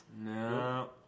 No